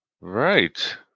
Right